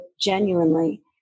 genuinely